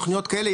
תוכניות כאלה,